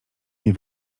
nie